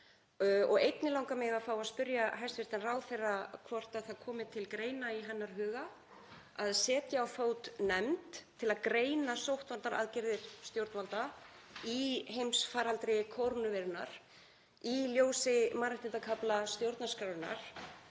Einnig langar mig að fá að spyrja hæstv. ráðherra hvort það komi til greina í hennar huga að setja á fót nefnd til að greina sóttvarnaaðgerðir stjórnvalda í heimsfaraldri kórónuveirunnar í ljósi mannréttindakafla stjórnarskrárinnar